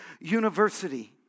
University